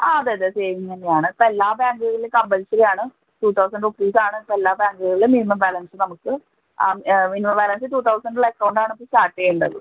ആ അതെ അതെ സേവിംഗ് തന്നെ ആണ് ഇപ്പം എല്ലാ ബാങ്കുകളിലും കമ്പൽസറി ആണ് ടു തൗസൻ്റ് റുപ്പീസ് ആണ് ഇപ്പം എല്ലാ ബാങ്കുകളിലും മിനിമം ബാലൻസ് നമുക്ക് ആ മിനിമം ബാലൻസ് ടു തൗസൻ്റ് ഉള്ള അക്കൗണ്ട് ആണ് ഇപ്പം സ്റ്റാർട്ട് ചെയ്യേണ്ടത്